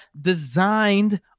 designed